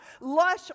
lush